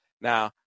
Now